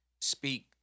speak